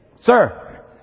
sir